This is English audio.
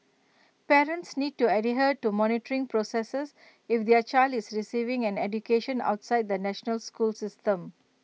parents need to adhere to monitoring processes if their child is receiving an education outside the national school system